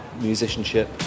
musicianship